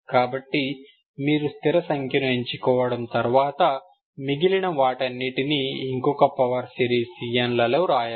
కాబట్టి మీరు స్థిర సంఖ్యను ఎంచుకోవడం తర్వాత మిగిలిన వాటినన్నిటిని ఇంకొక పవర్ సిరీస్ Cn లలో రాయాలి